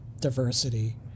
diversity